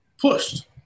pushed